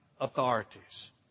authorities